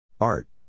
Art